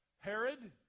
Herod